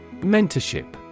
Mentorship